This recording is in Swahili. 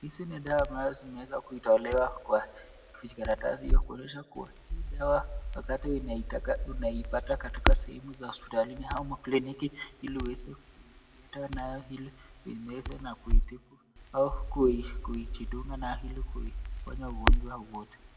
Hizi ni dawa ambazo zimeweza kutolewa kwa kiji karatasi, kuonyesha kuwa hii dawa wakati unaitaka unaipata katika sehemu za hospitalini au makliniki ili uweze kutumia dawa, ili uimeze, na kuitibu, au kujidunga nayo ili kuiponya ugonjwa wote.